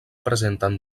presenten